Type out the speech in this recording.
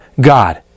God